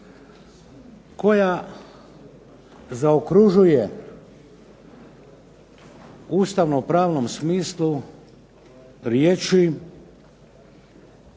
koja zaokružuje u ustavno-pravnom smislu riječi